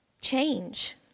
change